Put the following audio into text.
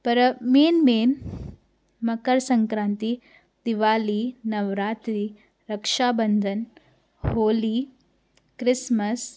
पर main main Makar Sankranti Diwali Navratri Raksha Bandhan Holi Christmas